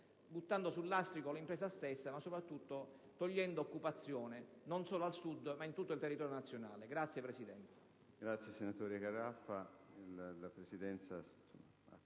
buttando sul lastrico l'impresa stessa e soprattutto togliendo occupazione, non solo al Sud, ma in tutto il territorio nazionale.